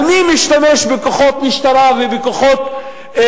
על מי הוא משתמש בכוחות משטרה, בכוח,